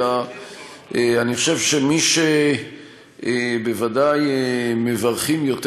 אלא אני חושב שמי שבוודאי מברכים יותר